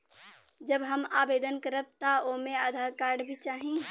जब हम आवेदन करब त ओमे आधार कार्ड भी चाही?